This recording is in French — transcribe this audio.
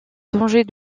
danger